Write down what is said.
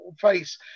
face